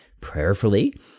prayerfully